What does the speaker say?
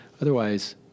Otherwise